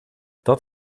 dat